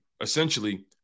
essentially